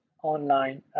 online